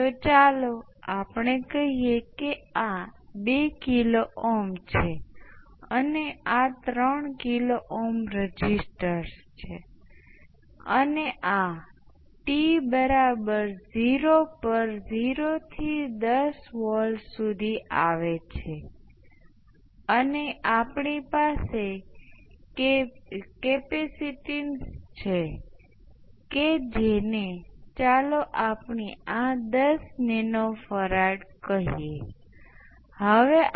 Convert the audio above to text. તેથી એવું કહેવામાં આવે છે કે આનું મૂલ્ય I s છે તેથી આપણે મૂળભૂત રીતે આ ચોક્કસ સર્કિટને હલ કરવાનું વિચારી શકીએ છીએ કારણ કે તમે t એ 0 થી વધારે હોય તે માટે ઉકેલ લાવશો અને કેટલીક પ્રારંભિક પરિસ્થિતિઓમાં L 1 અને L 2 R ના કેટલાક મૂલ્યો માટે t બરાબર 0 પર આપેલ છે